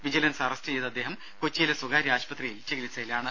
vigilance arrest ചെയ്ത അദ്ദേഹം കൊച്ചിയിലെ സ്വകാര്യ ആശുപത്രിയിൽ ചികിത്സയിലാണ്